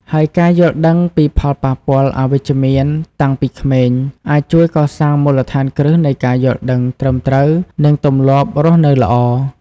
ហើយការយល់ដឹងពីផលប៉ះពាល់អវិជ្ជមានតាំងពីក្មេង អាចជួយកសាងមូលដ្ឋានគ្រឹះនៃការយល់ដឹងត្រឹមត្រូវ និងទម្លាប់រស់នៅល្អ។